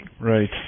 Right